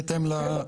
בהתאם --- כן,